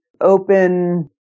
open